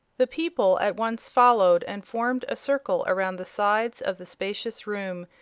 the people at once followed and formed a circle around the sides of the spacious room,